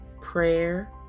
prayer